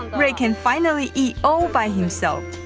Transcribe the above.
ray can finally eat all by himself,